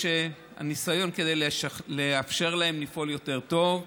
כדי לאפשר להם לפעול יותר טוב.